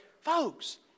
folks